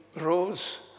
rose